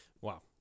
Wow